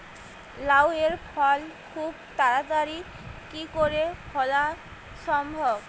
লাউ এর ফল খুব তাড়াতাড়ি কি করে ফলা সম্ভব?